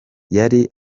yari